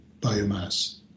biomass